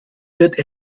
wird